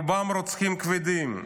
רובם רוצחים כבדים.